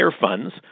funds